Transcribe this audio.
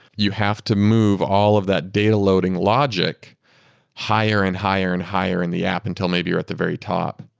you have to move all of that data loading logic higher and higher and higher in the app, until maybe you're at the very top.